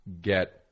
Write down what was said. get